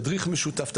תדריך משותף,